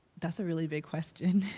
that's a really big question.